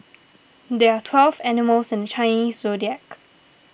there are twelve animals in the Chinese zodiac